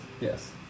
Yes